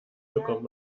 bekommt